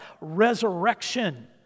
resurrection